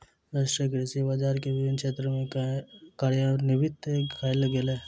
राष्ट्रीय कृषि बजार के विभिन्न क्षेत्र में कार्यान्वित कयल गेल